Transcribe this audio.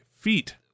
feet